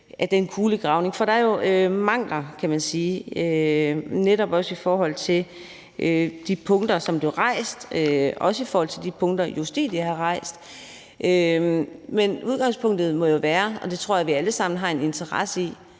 udgave af en kulegravning, for der er jo mangler, kan man sige, netop også i forhold til de punkter, som blev rejst, og også i forhold til de punkter, Justitia har rejst. Men udgangspunktet må være, og det tror jeg vi alle sammen har en interesse i,